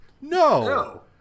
no